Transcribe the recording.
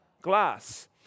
Glass